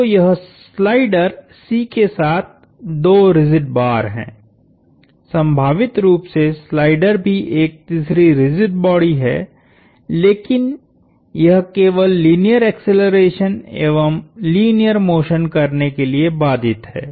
तो यह slider C के साथ 2 रिजिड बार है संभावित रूप से स्लाइडर भी एक तीसरी रिजिड बॉडी है लेकिन यह केवल लीनियर एक्सेलरेशन एवं लीनियर मोशन करने के लिए बाधित है